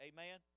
Amen